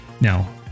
Now